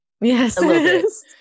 Yes